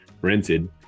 rented